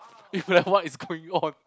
what is going on